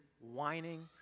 whining